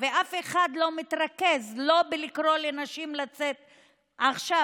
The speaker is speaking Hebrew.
ואף אחד לא מתרכז בלקרוא לנשים לצאת עכשיו,